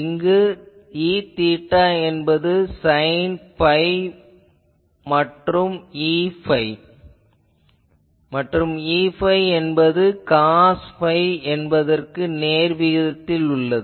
இங்கு Eθ என்பது sine phi மற்றும் Eϕ என்பது காஸ் phi என்பதற்கு நேர்விகிதம் ஆகும்